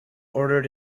ordered